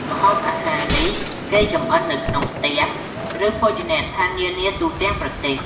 ម្ហូបអាហារនេះគេចម្អិននៅក្នុងផ្ទះ ឬភោជនីយដ្ឋាននានាទូទាំងប្រទេស។